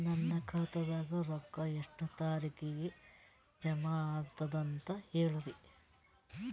ನನ್ನ ಖಾತಾದಾಗ ರೊಕ್ಕ ಎಷ್ಟ ತಾರೀಖಿಗೆ ಜಮಾ ಆಗತದ ದ ಅಂತ ಹೇಳರಿ?